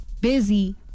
busy